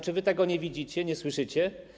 Czy wy tego nie widzicie, nie słyszycie?